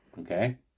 Okay